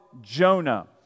Jonah